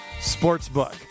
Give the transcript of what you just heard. Sportsbook